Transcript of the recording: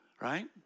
Right